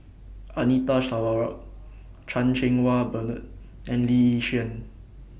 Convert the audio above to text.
Anita Sarawak Chan Cheng Wah Bernard and Lee Yi Shyan